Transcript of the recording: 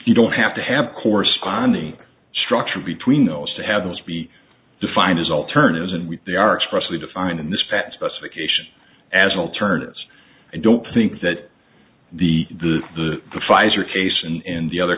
you don't have to have corresponding structure between those to have those be defined as alternatives and they are expressly defined in this package specification as alternatives i don't think that the the the the pfizer case and in the other